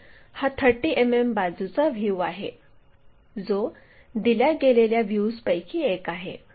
तर हा 30 मिमी बाजूचा व्ह्यू आहे जो दिल्या गेलेल्या व्ह्यूजपैकी एक आहे